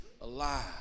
alive